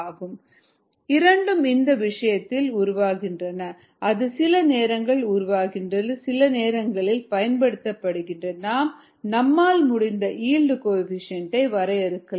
Yxp செல்கள் உற்பத்தி செய்யப்படும் அளவு விளைபொருள் உருவாகும் அளவு இரண்டும் இந்த விஷயத்தில் உருவாகின்றன அது சில நேரங்களில் உருவாகிறது சில நேரங்களில் பயன்படுத்தப்படுகிறது நாம் நம்மால் முடிந்த ஈல்டு கோஎஃபீஷியேன்ட் வரையறுக்கலாம்